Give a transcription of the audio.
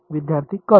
विद्यार्थीः कर्ल